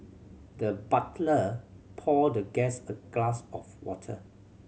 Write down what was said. the butler poured the guest a glass of water